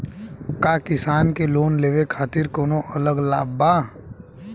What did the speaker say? का किसान के लोन लेवे खातिर कौनो अलग लाभ बा?